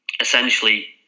essentially